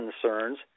concerns